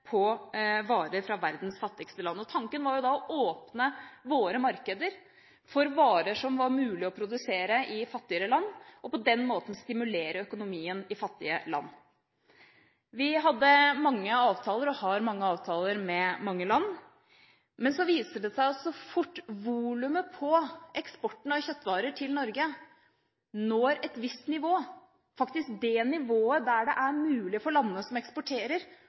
på varer fra verdens fattigste land. Tanken var å åpne våre markeder for varer som det var mulig å produsere i fattigere land, og på den måten stimulere økonomien i fattige land. Vi hadde, og har, mange avtaler med mange land, men så viser det seg at så fort volumet på eksporten av kjøttvarer til Norge når et visst nivå – faktisk det nivået der det er mulig for landene som eksporterer,